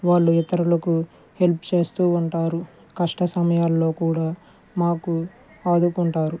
వాళ్ళు ఇతరులకు హెల్ప్ చేస్తు ఉంటారు కష్టసమయాలలో కూడా మాకు ఆదుకుంటారు